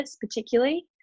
particularly